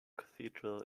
cathedral